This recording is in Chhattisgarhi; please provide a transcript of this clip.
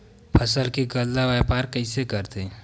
फसल के गल्ला व्यापार कइसे करथे?